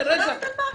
הילדים?